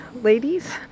ladies